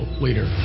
leader